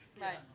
Right